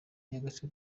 y’agace